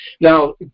Now